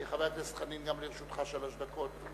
חבר הכנסת חנין, גם לרשותך שלוש דקות.